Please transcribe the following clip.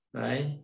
right